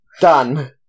done